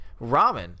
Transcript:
ramen